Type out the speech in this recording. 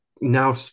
now